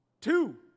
Two